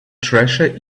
treasure